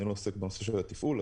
אני לא עוסק בנושא של התפעול,